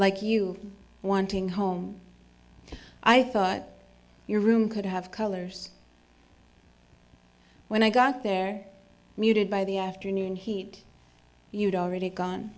like you wanting home i thought your room could have colors when i got there muted by the afternoon heat you'd already gone